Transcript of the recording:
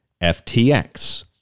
FTX